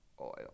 Oil